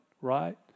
right